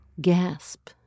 gasp